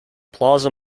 plaza